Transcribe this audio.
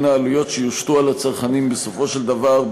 העלויות שיושתו על הצרכנים בסופו של דבר,